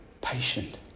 patient